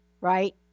right